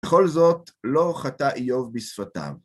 בכל זאת, לא חטא איוב בשפתיו.